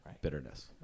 bitterness